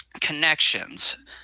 connections